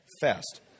fast